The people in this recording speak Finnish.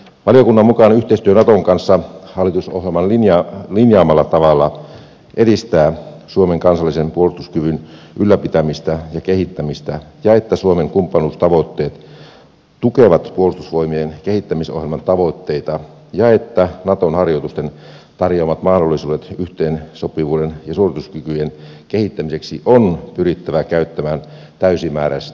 valiokunnan mukaan yhteistyö naton kanssa hallitusohjelman linjaamalla tavalla edistää suomen kansallisen puolustuskyvyn ylläpitämistä ja kehittämistä ja suomen kumppanuustavoitteet tukevat puolustusvoimien kehittämisohjelman tavoitteita ja naton harjoitusten tarjoamat mahdollisuudet yhteensopivuuden ja suorituskykyjen kehittämiseksi on pyrittävä käyttämään täysimääräisesti hyväksi